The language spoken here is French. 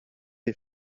les